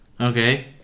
Okay